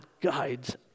guides